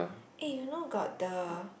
eh you know got the